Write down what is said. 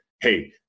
hey